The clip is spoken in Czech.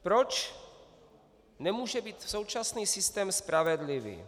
Proč nemůže být současný systém spravedlivý?